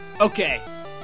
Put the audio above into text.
Okay